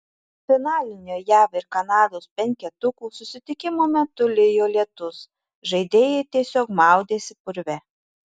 finalinio jav ir kanados penketukų susitikimo metu lijo lietus žaidėjai tiesiog maudėsi purve